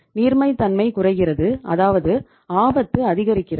நீர்மைத்தன்மை குறைகிறது அதாவது ஆபத்து அதிகரிக்கிறது